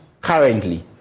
Currently